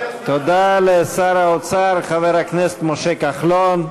תודה לשר האוצר חבר הכנסת משה כחלון.